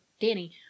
Danny